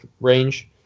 range